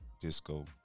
disco